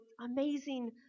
amazing